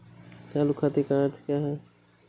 चालू खाते का क्या अर्थ है?